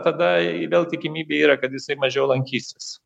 tada vėl tikimybė yra kad jisai mažiau lankysis